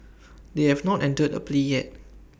they have not entered A plea yet